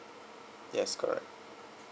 yes correct